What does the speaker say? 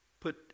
put